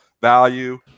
value